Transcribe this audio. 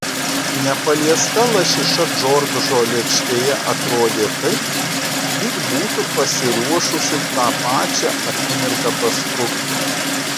nepaliesta lašiša džordžo lėkštėje atrodė taip lyg būtų pasiruošusi tą pačią akimirką pasprukti